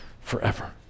forever